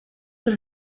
that